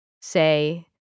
say